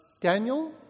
Daniel